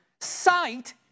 Sight